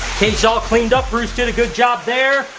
cage is all cleaned up, bruce did a good job there.